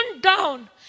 down